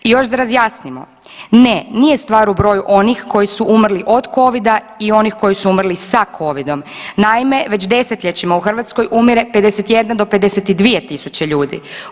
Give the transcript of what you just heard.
još da razjasnimo, ne nije stvar u broju onih koji su umrli od Covida i onih koji su umrli sa Covidom, naime već desetljećima u Hrvatskoj umire 51 do 52.000 ljudi.